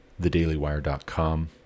TheDailyWire.com